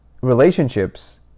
relationships